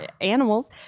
animals